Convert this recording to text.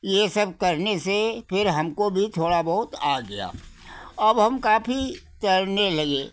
ये सब करने से फिर हमको भी थोड़ा बहुत आ गया अब हम काफ़ी तैरने लगे